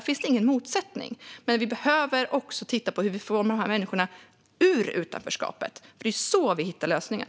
Men vi behöver också titta på hur vi får dessa människor ur utanförskapet. Det är så vi hittar lösningen.